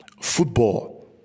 football